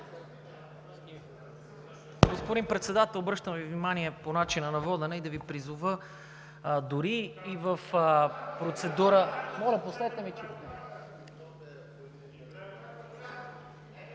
Господин Председател, обръщам Ви внимание по начина на водене и да Ви призова, дори и в процедура…